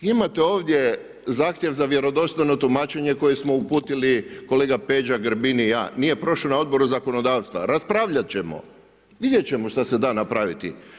Imate ovdje zahtjev za vjerodostojno tumačenje koje smo uputili kolega Peđa Grbin i ja, nije prošao na Odboru zakonodavstva, raspravljat ćemo, vidjet ćemo šta se da napraviti.